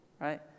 right